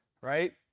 right